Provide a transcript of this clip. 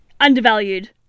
undervalued